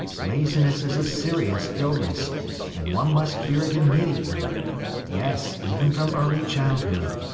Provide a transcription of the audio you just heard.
laziness is a serious illness and one must cure it immediately yes, even from early childhood.